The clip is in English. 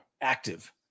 active